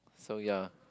so ya